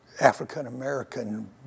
African-American